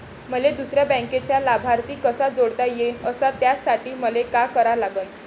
मले दुसऱ्या बँकेचा लाभार्थी कसा जोडता येईन, अस त्यासाठी मले का करा लागन?